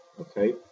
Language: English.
Okay